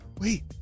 Wait